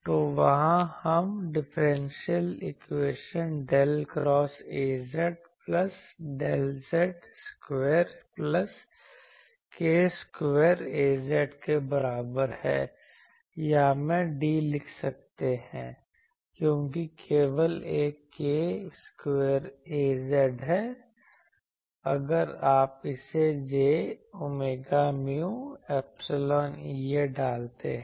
तो वहां हम differential equation Del square Az plus Del z square plus k square Az के बराबर है या मैं d लिख सकते हैं क्योंकि केवल एक k स्क्वायर Az है अगर आप इसे j omega mu epsilon EA डालते हैं